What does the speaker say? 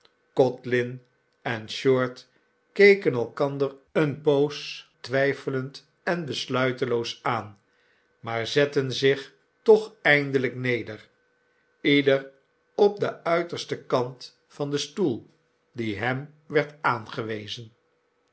codlin en short keken elkander eene poos twijfelend en besluiteloos aan maar zetten zicb toch eindelijk neder ieder op den uitersten kant van den stoel die hem werd aangewezen